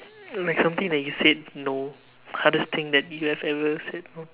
like something that you said no hardest thing that you have ever said no